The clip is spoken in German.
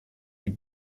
die